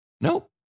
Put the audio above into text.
Nope